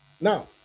Now